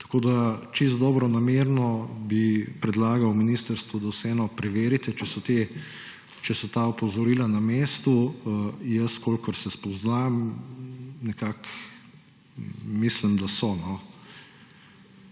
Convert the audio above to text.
Tako bi čisto dobronamerno predlagal ministrstvu, da vseeno preverite, če so ta opozorila na mestu. Jaz, kolikor se spoznam, nekako mislim, da so.